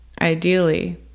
ideally